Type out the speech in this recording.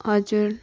हजुर